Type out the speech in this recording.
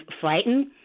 frightened